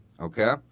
Okay